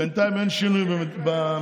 בינתיים אין שינוי במדליות.